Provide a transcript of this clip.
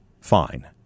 fine